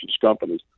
companies